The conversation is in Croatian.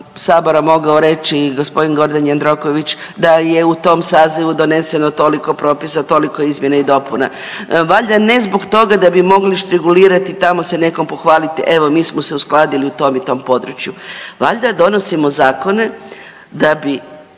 sabora mogao reći gospodin Gordan Jandroković da je u tom sazivu doneseno toliko propisa, toliko izmjena i dopuna valjda ne zbog toga da bi mogli štrigulirati tamo se nekom pohvaliti evo mi smo se uskladili u tom i tom području. Valjda donosimo zakone da bi